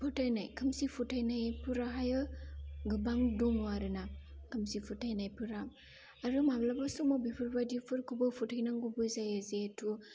फोथाइनाय खोमसि फोथाइनायफोराहायो गोबां दङ आरोना खोमसि फोथाइनायफोरा आरो माब्लाब समाव बेफोरबायदिफोरखौबो फोथाइनांगौबो जायो जेहेतु